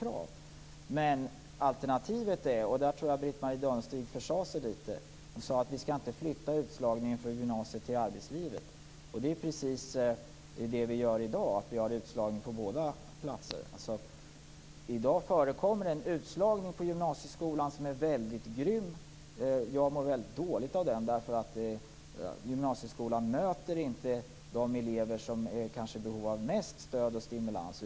Jag tror att Britt-Marie Danestig försade sig litet när hon sade att vi inte skall flytta utslagningen från gymnasiet till arbetslivet. Det är precis det vi gör i dag. I dag har vi utslagning på båda hållen. I dag förekommer en utslagning på gymnasieskolan som är väldigt grym. Jag mår väldigt dåligt av den. Gymnasieskolan möter inte de elever som kanske är i behov av mest stöd och stimulans.